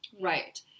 Right